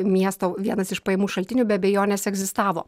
miesto vienas iš pajamų šaltinių be abejonės egzistavo